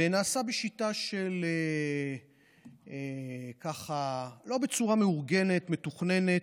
ונעשה בשיטה, לא בצורה מאורגנת, מתוכננת,